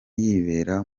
yibera